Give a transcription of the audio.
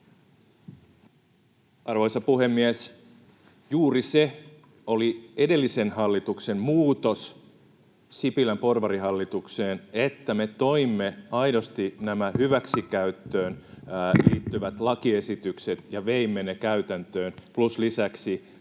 Arvoisa puhemies! Juuri se oli edellisen hallituksen muutos Sipilän porvarihallitukseen, että me toimme aidosti nämä hyväksikäyttöön liittyvät lakiesitykset ja veimme ne käytäntöön, plus lisäksi